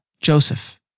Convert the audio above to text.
Joseph